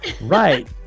right